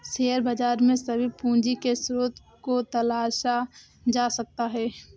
share बाजार में भी पूंजी के स्रोत को तलाशा जा सकता है